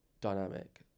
dynamic